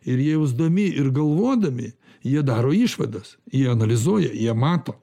ir jausdami ir galvodami jie daro išvadas jie analizuoja jie mato